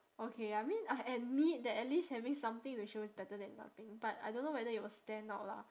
okay I mean I admit that at least having something to show is better than nothing but I don't know whether it will stand out lah